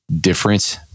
difference